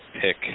pick